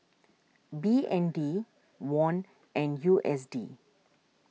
B N D Won and U S D